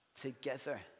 together